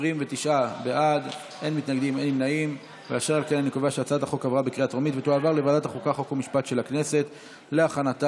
התש"ף 2020, לוועדת החוקה, חוק ומשפט נתקבלה.